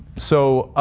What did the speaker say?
so,